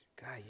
God